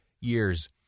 years